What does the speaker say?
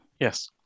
Yes